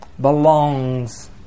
belongs